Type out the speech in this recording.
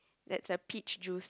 that's a peach juice